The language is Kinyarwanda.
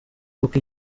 w’uko